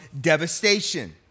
devastation